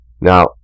Now